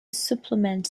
supplement